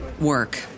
work